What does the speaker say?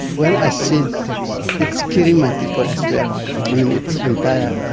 when i see it's killing my people as well i mean, it's entire, ah